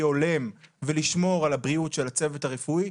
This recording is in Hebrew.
הולם ולשמור על הבריאות של הצוות הרפואי,